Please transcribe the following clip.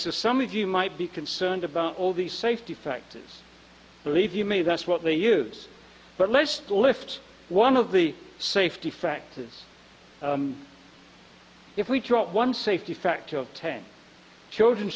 some of you might be concerned about all the safety factors believe me that's what they use but let's lift one of the safety factors if we drop one safety factor of ten children